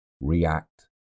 react